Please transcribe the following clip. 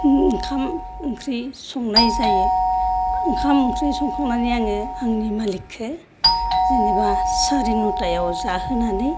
ओंखाम ओंख्रि संनाय जायो ओंखाम ओंख्रि संखांनानै आङो आंनि मालिखौ जेनोबा साराय नतायाव जाहोनानै